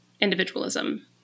individualism